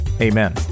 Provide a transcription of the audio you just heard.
Amen